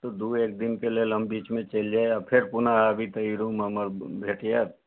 तऽ दू एक दिनके लेल हम बीचमे चलि जाय आ हम फेर पुनः आबी तऽ ई रूम हमर भेट जायत